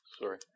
Sorry